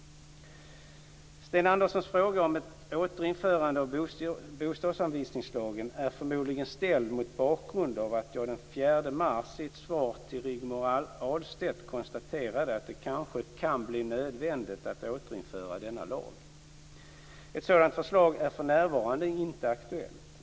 Sten Anderssons fråga om ett återinförande av bostadsanvisningslagen är förmodligen ställd mot bakgrund av att jag den 4 mars i ett svar till Rigmor Ahlstedt konstaterade att det kanske kan bli nödvändigt att återinföra denna lag. Ett sådant förslag är för närvarande inte aktuellt.